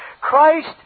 Christ